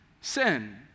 sin